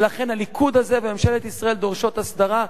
ולכן הליכוד הזה וממשלת ישראל דורשים הסדרה,